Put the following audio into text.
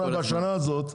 בשנה הזאת,